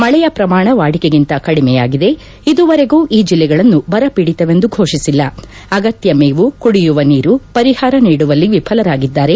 ಮಳೆಯ ಪ್ರಮಾಣ ವಾಡಿಕೆಗಿಂತ ಕಡಿಮೆಯಾಗಿದೆ ಇದುವರೆಗೂ ಈ ಜಿಲ್ಲೆಗಳನ್ನು ಬರಪೀಡಿತವೆಂದು ಘೋಷಿಸಿಲ್ಲ ಅಗತ್ಯ ಮೇವ್ರಕುಡಿಯುವ ನೀರು ಪರಿಹಾರ ನೀಡುವಲ್ಲಿ ವಿಫಲರಾಗಿದ್ದಾರೆ